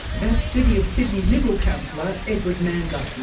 that's city of sydney liberal councillor edward mandla.